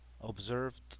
observed